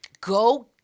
go